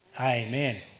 Amen